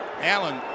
Allen